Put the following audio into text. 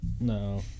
No